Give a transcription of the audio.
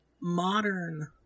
modern